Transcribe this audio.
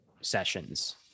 sessions